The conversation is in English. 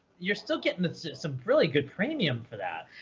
you're still getting some really good premium for that.